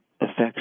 affects